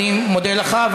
אני מודה לך.